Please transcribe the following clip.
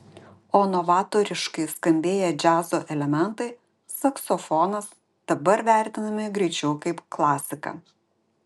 o novatoriškai skambėję džiazo elementai saksofonas dabar vertinami greičiau kaip klasika